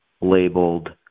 labeled